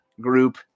group